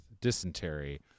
dysentery